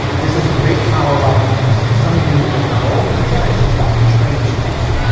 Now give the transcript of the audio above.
this is great power rivalries. some of you will know that this is dr. strangelove.